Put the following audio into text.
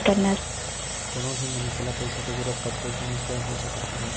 कोनो भी मनखे ल पइसा के जरुरत कतको जिनिस बर हो सकत हवय